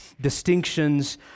distinctions